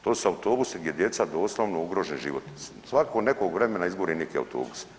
To su autobusi gdje djeca doslovno ugrožen život, svako nekog vremena izgori neke autobus.